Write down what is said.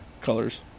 colors